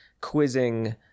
quizzing